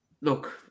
look